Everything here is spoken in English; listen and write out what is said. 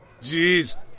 Jeez